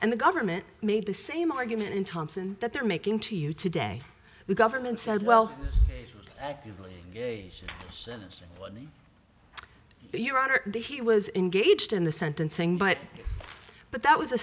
and the government made the same argument in thomson that they're making to you today the government said well actively engage your honor the he was engaged in the sentencing but but that was a